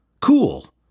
cool